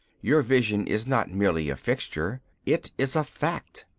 your vision is not merely a fixture it is a fact.